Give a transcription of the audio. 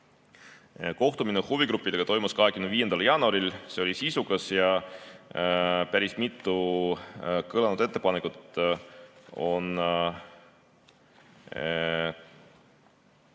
Kohtumine huvigruppidega toimus 25. jaanuaril. See oli sisukas ja päris mitu kõlanud ettepanekut on